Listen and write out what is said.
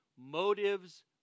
motives